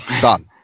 Done